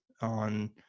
on